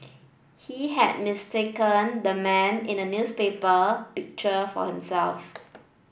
he had mistaken the man in the newspaper picture for himself